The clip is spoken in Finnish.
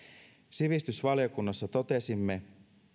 sivistysvaliokunnassa totesimme